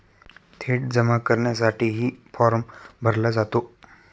थेट जमा करण्यासाठीही फॉर्म भरला जातो